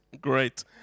Great